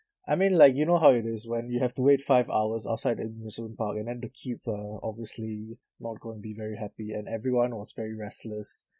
I mean like you know how it is when you have to wait five hours outside an amusement park and then the kids uh obviously not going to be very happy and everyone was very restless